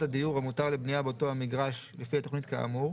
הדיור המותר לבנייה באותו המגרש לפי התכנית כאמור",